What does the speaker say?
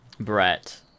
Brett